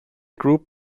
group